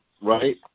right